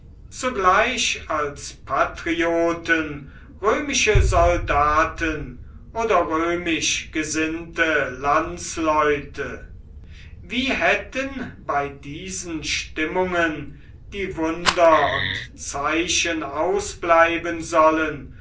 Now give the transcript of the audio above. zugleich als patrioten römische soldaten oder römisch gesinnte landsleute wie hätten bei diesen stimmungen die wunder und zeichen ausbleiben sollen